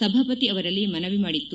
ಸಭಾಪತಿ ಅವರಲ್ಲಿ ಮನವಿ ಮಾಡಿತ್ತು